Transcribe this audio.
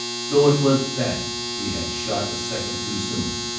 so it was that he had shot a second too soon.